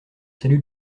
salut